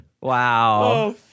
wow